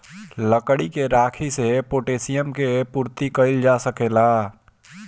लकड़ी के राखी से पोटैशियम के पूर्ति कइल जा सकेला